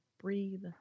breathe